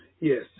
Yes